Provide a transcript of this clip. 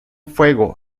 fuego